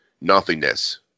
nothingness